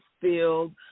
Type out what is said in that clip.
field